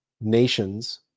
nations